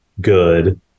good